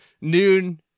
noon